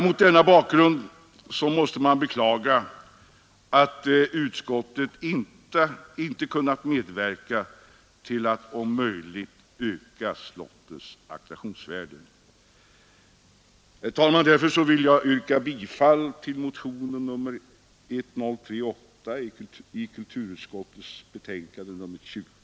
Mot den här bakgrunden måste man beklaga att utskottet inte kunnat medverka till att om möjligt öka Läckö slotts attraktionsvärde. Därför vill jag, herr talman, yrka bifall till motionen 1038, som behandlas i kulturutskottets betänkande nr 20.